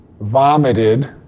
vomited